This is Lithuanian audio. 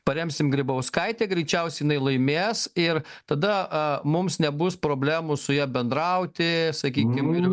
paremsim grybauskaitę greičiausiai jinai laimės ir tada mums nebus problemų su ja bendrauti sakykim ir